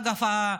אגב,